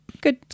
Good